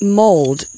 mold